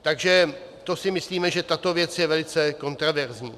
Takže si myslíme, že tato věc je velice kontroverzní.